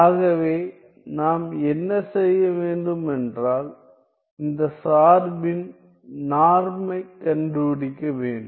ஆகவே நாம் என்ன செய்ய வேண்டும் என்றால் இந்த சார்பின் நார்மைக் கண்டுபிடிக்க வேண்டும்